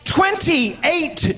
Twenty-eight